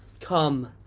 Come